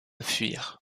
fuir